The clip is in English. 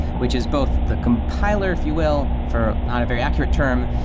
which is both the compiler, if you will, for not a very accurate term,